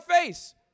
face